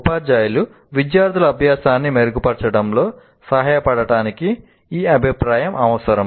ఉపాధ్యాయులు విద్యార్థుల అభ్యాసాన్ని మెరుగుపరచడంలో సహాయపడటానికి ఈ అభిప్రాయం అవసరం